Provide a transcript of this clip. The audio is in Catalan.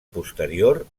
posterior